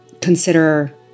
consider